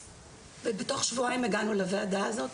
ובתוך שבועיים הגענו לוועדה הזאת.